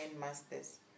masters